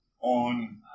on